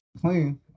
clean